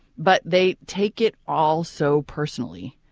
but they take it all so personally.